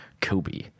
Kobe